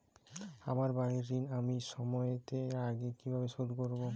আমার বাড়ীর ঋণ আমি সময়ের আগেই কিভাবে শোধ করবো?